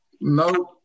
No